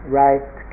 right